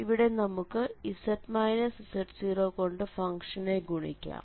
ഇവിടെ നമുക്ക് z z0 കൊണ്ട് ഫംഗ്ഷനെ ഗുണിക്കാം